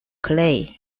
clay